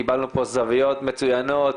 קיבלנו פה זוויות מצויינות.